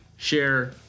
Share